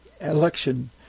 election